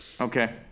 Okay